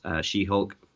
She-Hulk